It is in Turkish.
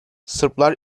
sırplar